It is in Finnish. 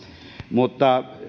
mutta